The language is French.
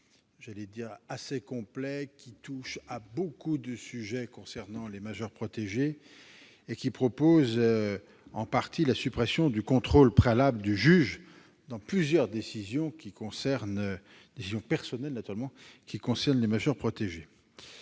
assez complet et qui touche beaucoup de sujets concernant les majeurs protégés. Vous proposez en partie la suppression du contrôle préalable du juge sur plusieurs décisions personnelles qui concernent les majeurs protégés.